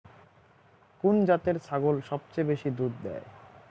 কুন জাতের ছাগল সবচেয়ে বেশি দুধ দেয়?